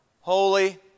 Holy